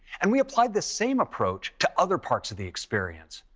and we applied this same approach to other parts of the experience.